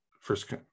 First